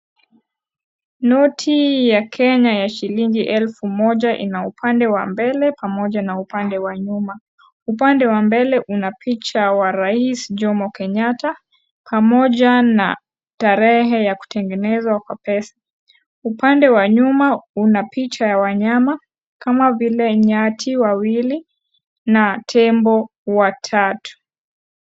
Noti ya Kenya ya shilingi elfu moja ina upande wa mbele pamoja na upande wa nyuma upande wa mbele una picha wa rais Jomo Kenyatta pamoja tarehe ya kutengenezwa kwa pesa, upande wa nyuma una picha ya wanyama kama vile nyati wawili na tembo watatu.